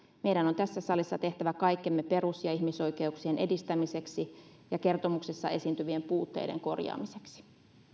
meidän on tässä salissa tehtävä kaikkemme perus ja ihmisoikeuksien edistämiseksi ja kertomuksessa esiintyvien puutteiden korjaamiseksi